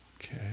Okay